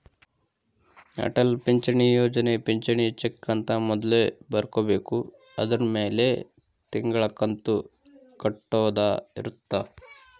ಅಟಲ್ ಪಿಂಚಣಿ ಯೋಜನೆ ಪಿಂಚಣಿ ಬೆಕ್ ಅಂತ ಮೊದ್ಲೇ ಬರ್ಕೊಬೇಕು ಅದುರ್ ಮೆಲೆ ತಿಂಗಳ ಕಂತು ಕಟ್ಟೊದ ಇರುತ್ತ